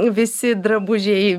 visi drabužiai